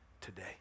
today